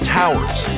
towers